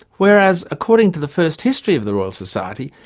whereas according to the first history of the royal society,